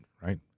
right